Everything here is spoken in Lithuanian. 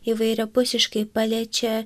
įvairiapusiškai paliečia